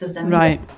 Right